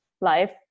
life